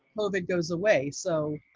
covid goes away. so